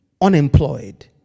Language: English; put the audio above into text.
unemployed